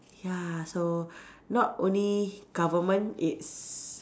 ya so not only government is